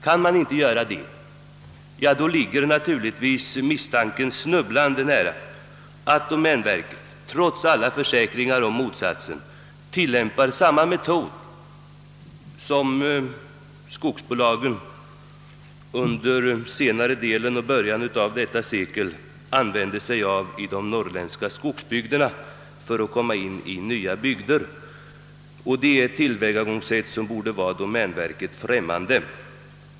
Kan man inte göra det, ligger naturligtvis misstanken snubblande nära att domänverket, trots alla försäkringar om motsatsen, tillämpar samma metod som skogsbolagen under senare delen av 1800-talet och början av detta sekel använde i de norrländska skogsbygderna för att komma in i nya bygder. Det är ett tillvägagångssätt som borde vara domänverket främmande.